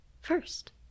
first